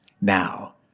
now